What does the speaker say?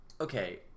okay